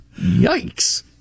Yikes